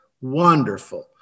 wonderful